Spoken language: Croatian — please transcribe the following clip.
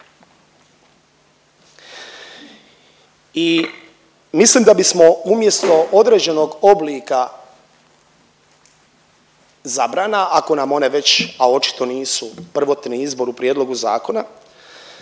I mislim da bismo umjesto određenog oblika zabrana ako nam one već, a očito nisu prvotni izbor u prijedlogu zakona